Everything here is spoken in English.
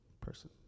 person